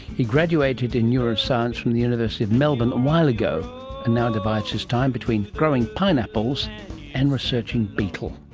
he graduated in neuroscience from the university of melbourne a while ago and now divides his time between growing pineapples and researching betel.